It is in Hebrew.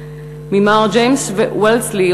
מר ג'יימס וולסי,